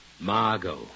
Margot